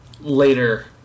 later